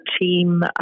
team